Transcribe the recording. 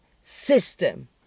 system